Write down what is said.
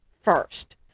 first